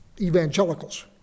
evangelicals